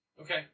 Okay